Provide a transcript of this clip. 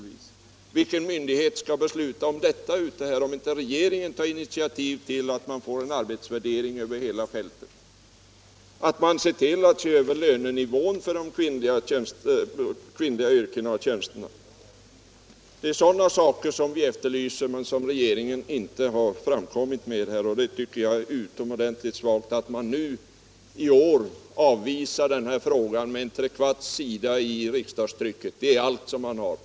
Vilken myndighet skall besluta om en sådan, om inte regeringen tar initiativ till en arbetsvärdering över hela fältet? Man måste vidare se över lönenivåerna för kvinnorna i statlig tjänst. Det är sådana saker som vi efterlyser, men som regeringen inte har kommit fram med. Jag tycker det är utomordentligt svagt att i år avvisa denna fråga och bara avsätta tre fjärdedels sida i trycket för det.